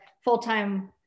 full-time